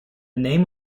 name